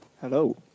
Hello